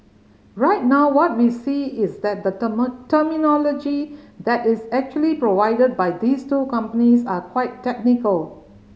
right now what we see is that the terminology that is actually provided by these two companies are quite technical